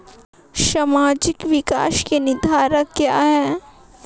सामाजिक विकास के निर्धारक क्या है?